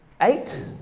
eight